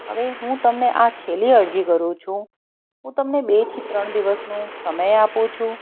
હવે હું તમને આ છેલ્લી અરજી કરું છું હું તમને બે થી ત્રણ દિવસનો સમય આપું છું